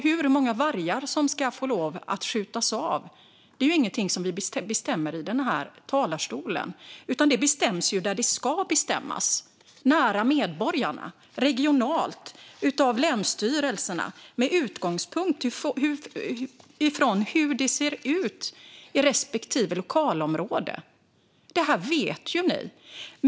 Hur många vargar som ska få lov att skjutas av är inget som vi bestämmer i denna talarstol, utan det bestäms där det ska bestämmas, nära medborgarna, regionalt, av länsstyrelserna med utgångspunkt från hur det ser ut i respektive lokalområde. Detta vet ni.